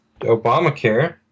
Obamacare